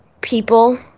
people